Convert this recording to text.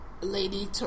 Lady